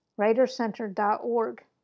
writercenter.org